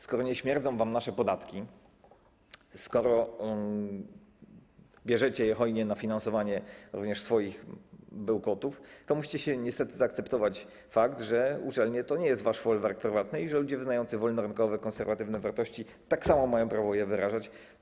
Skoro nie śmierdzą wam nasze podatki, skoro bierzecie je hojnie na finansowanie również swoich bełkotów, to musicie niestety zaakceptować fakt, że uczelnie to nie jest wasz folwark prywatny i że ludzie wyznający wolnorynkowe, konserwatywne wartości tak samo mają prawo je wyrażać.